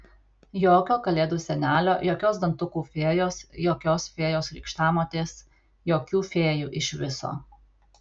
jokio kalėdų senelio jokios dantukų fėjos jokios fėjos krikštamotės jokių fėjų iš viso